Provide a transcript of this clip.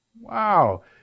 Wow